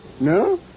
No